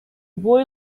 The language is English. boy